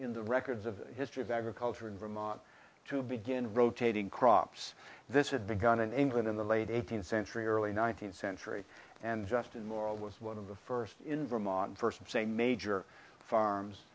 in the records of history of agriculture in vermont to begin rotating crops this had begun in england in the late eighteenth century early nineteenth century and just immoral was one of the first in vermont first saying major farms